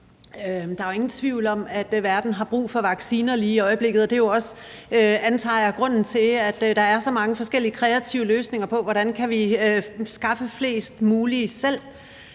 Der er ingen tvivl om, at verden har brug for vacciner lige i øjeblikket, og det er jo også, antager jeg, grunden til, at der er så mange forskellige kreative løsninger på, hvordan vi kan skaffe flest mulige selv.